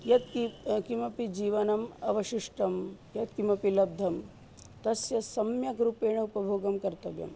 यत् कि किमपि जीवनम् अवशिष्टं यत्किमपि लब्धं तस्य सम्यक् रूपेण उपभोगं कर्तव्यम्